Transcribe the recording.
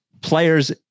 players